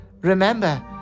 Remember